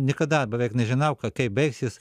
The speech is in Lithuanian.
niekada beveik nežinau ka kaip baigsis